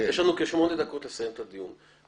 יש לנו כשמונה דקות לסיים את הדיון.